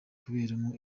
kuberamo